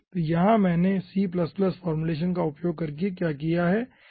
तो यहाँ मैंने C फॉर्मुलेशन का उपयोग करके क्या किया है